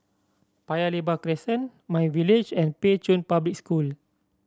Paya Lebar Crescent MyVillage and Pei Chun Public School